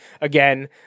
Again